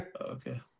okay